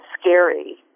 scary